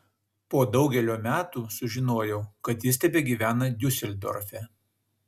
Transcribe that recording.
po daugelio metų sužinojau kad jis tebegyvena diuseldorfe